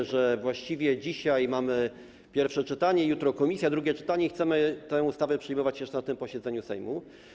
Chodzi o to, że właściwie dzisiaj mamy pierwsze czytanie, jutro komisja, drugie czytanie, i chcemy tę ustawę przyjmować jeszcze na tym posiedzeniu Sejmu.